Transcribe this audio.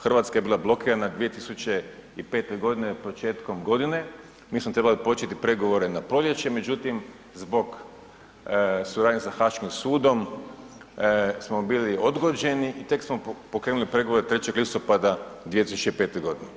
Hrvatska je bila blokirana 2005. godine početkom godine, mi smo trebali početi pregovore na proljeće, međutim zbog suradnje sa Haškim sudom smo bili odgođeni i tek smo pokrenuli pregovore 3. listopada 2005. godine.